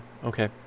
okay